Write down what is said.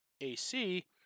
AC